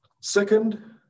Second